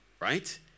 Right